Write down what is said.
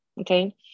Okay